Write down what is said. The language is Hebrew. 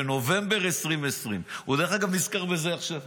בנובמבר 2020. דרך אגב, הוא נזכר בזה עכשיו,